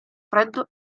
freddo